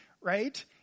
right